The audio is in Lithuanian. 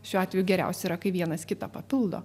šiuo atveju geriausia yra kai vienas kitą papildo